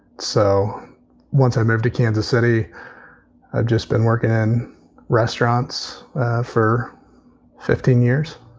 so once i moved to kansas city, i've just been working in restaurants for fifteen years